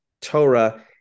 Torah